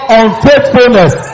unfaithfulness